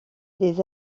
des